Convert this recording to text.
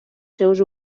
seus